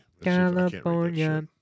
California